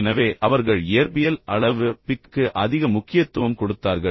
எனவே அவர்கள் இயற்பியல் அளவு PQ க்கு அதிக முக்கியத்துவம் கொடுத்தார்கள்